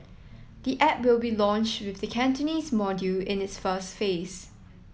the app will be launched with the Cantonese module in its first phase